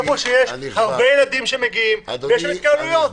איפה שיש הרבה ילדים שמגיעים ויש התקהלויות.